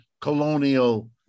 colonial